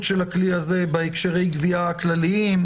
של הכלי הזה בהקשרי הגבייה הכלליים,